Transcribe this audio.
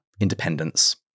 independence